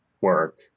work